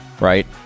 right